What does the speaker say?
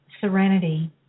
serenity